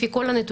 לפי כל הנתונים,